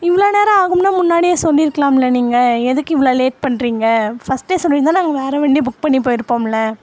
இவ்வளோ நேரம் ஆகும்னா முன்னாடியே சொல்லிருக்கலாம்ல நீங்கள் எதுக்கு இவ்ளோ லேட் பண்ணுறீங்க ஃபஸ்ட்டே சொல்லிருந்தால் நாங்கள் வேற வண்டியை புக் பண்ணி போயிருப்போம்ல